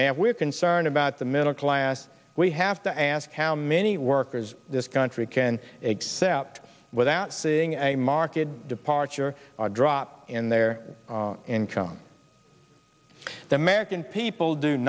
and we're concerned about the middle class we have to ask how many workers this country can accept without seeing a market departure a drop in their income the american people do